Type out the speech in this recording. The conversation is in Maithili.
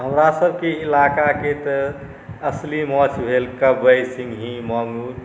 हमरा सबके इलाकाके तऽ असली माँछ भेल कब्बै सिङ्गही माङ्गुर